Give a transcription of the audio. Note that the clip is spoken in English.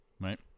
Right